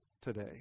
today